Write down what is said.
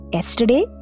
Yesterday